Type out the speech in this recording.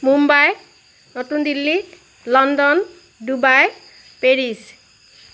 মুম্বাই নতুন Delhi London Dubai Paris